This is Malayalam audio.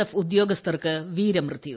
എഫ് ഉദ്യോഗസ്ഥർക്ക് വീരമൃത്യു